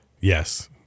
yes